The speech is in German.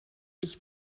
ich